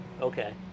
Okay